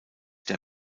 der